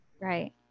Right